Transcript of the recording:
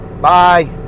Bye